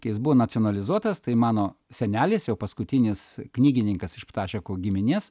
jis buvo nacionalizuotas tai mano senelis jau paskutinis knygininkas iš ptašekų giminės